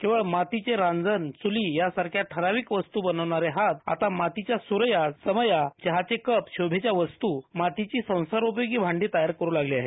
केवळ मातीचे राझन चुली यासारख्या ठरावीक वस्तू बनवणारे हात आता मातीच्या सुरया समया चहाचे कप आणि शोभेच्या वस्तू मातीचे संसांर उपयोगी भांडी तयार करू लागली आहेत